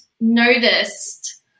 noticed